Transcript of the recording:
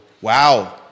Wow